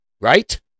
right